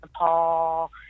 Nepal